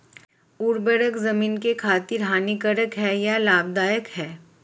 उर्वरक ज़मीन की खातिर हानिकारक है या लाभदायक है?